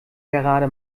gerade